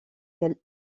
qu’elle